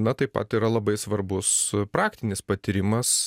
na taip pat yra labai svarbus praktinis patyrimas